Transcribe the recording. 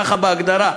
ככה בהגדרה,